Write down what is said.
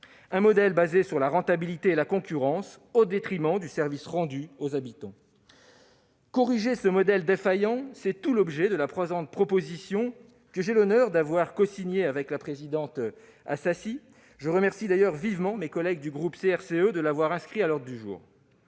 un modèle basé sur la rentabilité et la concurrence au détriment du service rendu aux habitants. Corriger ce modèle défaillant, c'est tout l'objet de la présente proposition de résolution, que j'ai l'honneur d'avoir cosignée avec la présidente Éliane Assassi. Je remercie d'ailleurs vivement nos collègues du groupe CRCE d'avoir inscrit ce texte à l'ordre du jour